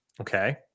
Okay